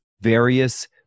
various